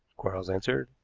quarles answered,